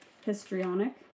Histrionic